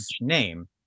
name